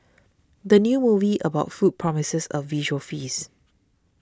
the new movie about food promises a visual feast